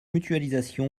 mutualisation